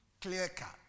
Clear-cut